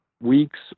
weeks